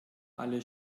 alle